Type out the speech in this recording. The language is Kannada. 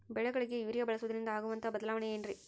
ಬೆಳೆಗಳಿಗೆ ಯೂರಿಯಾ ಬಳಸುವುದರಿಂದ ಆಗುವಂತಹ ಬದಲಾವಣೆ ಏನ್ರಿ?